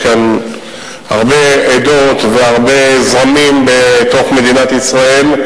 יש כאן הרבה עדות והרבה זרמים בתוך מדינת ישראל,